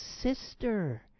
sister